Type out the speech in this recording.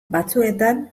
batzuetan